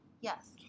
Yes